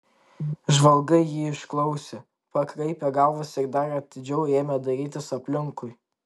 žvalgai jį išklausė pakraipė galvas ir dar atidžiau ėmė dairytis aplinkui